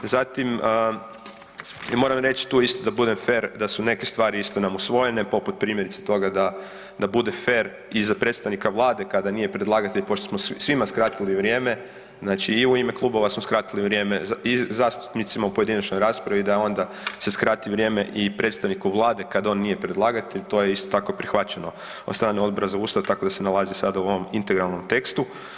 Zatim, i moram reći tu isto da budem fer da su neke stvari isto nam usvojene poput primjerice toga da, da bude fer i za predstavnika vlade kada nije predlagatelj, pošto smo svima skratili vrijeme, znači i u ime klubova smo skratili vrijeme i zastupnicima u pojedinačnoj raspravi da onda se skrati vrijeme i predstavniku vlade kad on nije predlagatelj, to je isto tako prihvaćeno od strane Odbora za Ustav, tako da se nalazi sada u ovom integralnom tekstu.